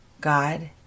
God